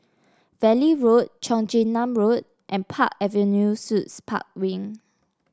Valley Road Cheong Chin Nam Road and Park Avenue Suites Park Wing